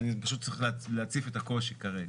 אני פשוט צריך להציף את הקושי כרגע.